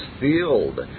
field